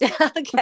Okay